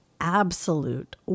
absolute